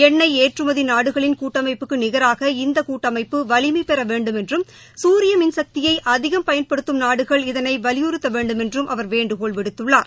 ஏண்ணெய் ஏற்றுமதி நாடுகளின் கூட்டமைப்புக்கு நிகராக இந்த கூட்டமைப்பு வலிமைப்பெற வேண்டுமென்றும் சூரிய மின்சக்தியை அதிகம் பயன்படுத்தும் நாடுகள் இதனை வலியுறுத்த வேண்டுமென்றும் அவர் வேண்டுகோள் விடுத்துள்ளார்